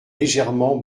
légèrement